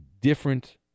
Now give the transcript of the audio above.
different